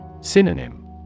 Synonym